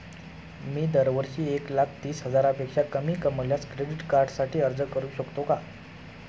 मी दरवर्षी एक लाख तीस हजारापेक्षा कमी कमावल्यास क्रेडिट कार्डसाठी अर्ज करू शकतो का?